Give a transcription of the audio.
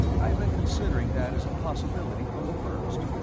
i'd been considering that as a possibility from the first.